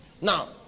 now